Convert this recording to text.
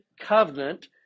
Covenant